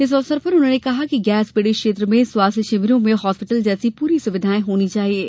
इस अवसर पर उन्होंने कहा कि गैस पीड़ित क्षेत्र में स्वास्थ्य शिविरों में हॉस्पिटल जैसी पूरी सुविधाएँ सुनिश्चित करें